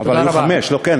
אבל היו חמש, לא כן?